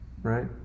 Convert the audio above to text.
Right